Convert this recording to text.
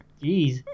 Jeez